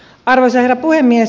arvoisa herra puhemies